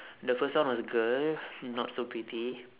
the first one was girl not so pretty